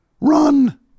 run